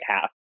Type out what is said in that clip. half